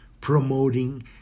Promoting